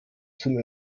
sind